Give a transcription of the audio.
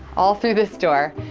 all through this door,